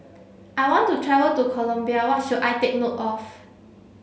I want to travel to Colombia What should I take note of